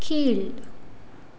கீழ்